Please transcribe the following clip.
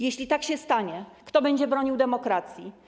Jeśli tak się stanie, kto będzie bronił demokracji?